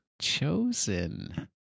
chosen